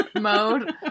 mode